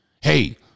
hey